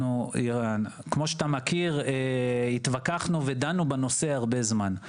כמו שאתה מכיר התווכחנו ודנו בנושא הרבה זמן.